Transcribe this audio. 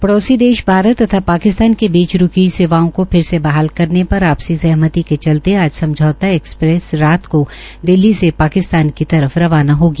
पड़ोसी देश भारत तथा पाकिस्तान के बीच रूकी हई सेवाओं को फिर से बहाल करने पर आपसी सहमति के चलते आज समझौता एक्सप्रेस रात को दिल्ली से पाकिस्तान की तरफ रवाना होगी